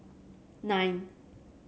nine